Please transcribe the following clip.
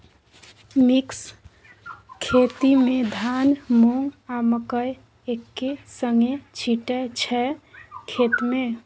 mix खेती मे धान, मुँग, आ मकय एक्के संगे छीटय छै खेत मे